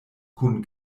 kun